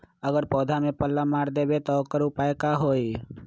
अगर पौधा में पल्ला मार देबे त औकर उपाय का होई?